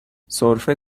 سرفه